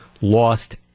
lost